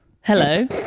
hello